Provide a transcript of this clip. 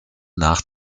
nach